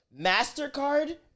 Mastercard